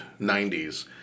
90s